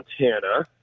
Montana